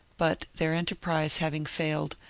but their enterprise having failed,